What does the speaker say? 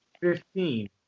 Fifteen